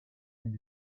and